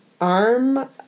arm